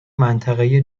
منطقهای